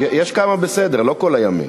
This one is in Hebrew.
יש כמה בסדר, לא כל הימין.